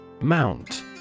Mount